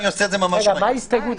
רגע, מה ההסתייגות?